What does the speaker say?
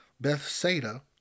Bethsaida